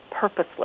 purposeless